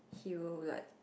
he will like